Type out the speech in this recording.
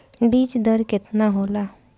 बीज दर केतना होला?